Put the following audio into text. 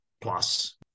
plus